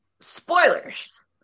spoilers